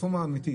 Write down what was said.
אמיתית.